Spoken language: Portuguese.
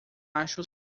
acho